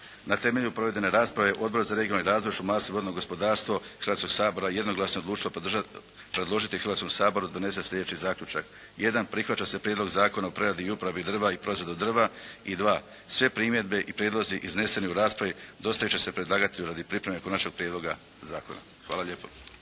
Na temelju provedene rasprave Odbor za regionalni razvoj, šumarstvo i vodno gospodarstvo Hrvatskog sabora jednoglasno je odlučilo predložiti Hrvatskom saboru da donese sljedeći zaključak. Jedan, prihvaća se Prijedlog Zakona o preradi i upravi drva i proizvoda od drva. I dva, sve primjedbe i prijedlozi izneseni u raspravi dostavit će se predlagatelju radi pripreme konačnog prijedloga zakona. Hvala lijepo.